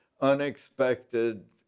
unexpected